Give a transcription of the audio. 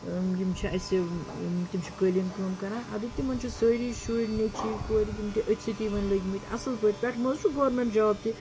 یِم چھِ اَسہِ یِم تِم چھِ قٲلیٖن کٲم کَران اَدٕ تِمَن چھِ سٲری شُرۍ نیٚچیو کورِ تِم تہِ أتھۍ سۭتی وۄنۍ لٔگۍ مٕتۍ اَصٕل پٲٹھۍ پٮ۪ٹھٕ ما حظ چھُ گورمِنٹ جاب تہِ